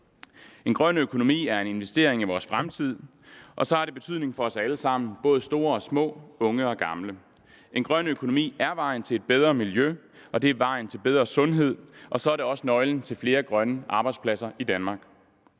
En grøn økonomi er en investering i vores fremtid, og så har det betydning for os alle sammen, både store og små, unge og gamle. En grøn økonomi er vejen til et bedre miljø, og det er vejen til bedre sundhed, og så er det også nøglen til flere grønne arbejdspladser i Danmark.